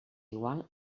igual